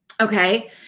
Okay